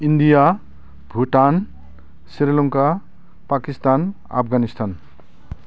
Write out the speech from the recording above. India Bhutan Sri Lanka Pakistan Afghanistan